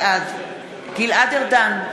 בעד גלעד ארדן,